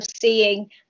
seeing